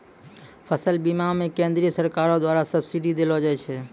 फसल बीमा मे केंद्रीय सरकारो द्वारा सब्सिडी देलो जाय छै